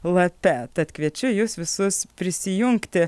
lape tad kviečiu jus visus prisijungti